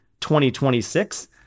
2026